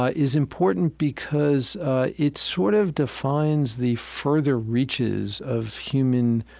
ah is important because it sort of defines the further reaches of human